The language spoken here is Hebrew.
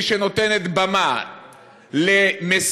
מי שנותנת במה למסית,